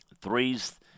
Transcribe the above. Three's